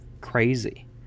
crazy